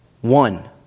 one